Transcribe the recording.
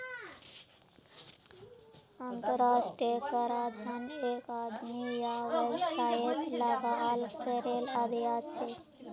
अंतर्राष्ट्रीय कराधन एक आदमी या वैवसायेत लगाल करेर अध्यन छे